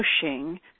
pushing